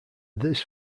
this